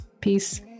Peace